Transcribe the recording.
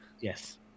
Yes